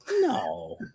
no